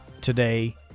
today